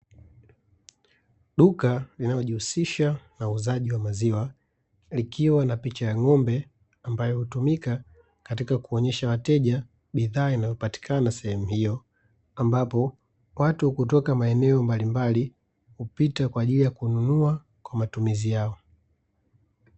Duka linalojihusisha na uuzaji wa maziwa likiwa na picha ya ng'ombe, ambayo hutumika katika kuonyesha wateja bidhaa inayopatikana sehemu hiyo, ambapo watu kutoka maeneo mbalimbali hupita kwaajili ya kununua kwa matumizi yao.